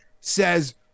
says